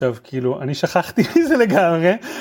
טוב, כאילו, אני שכחתי מזה לגמרי.